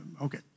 okay